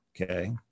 Okay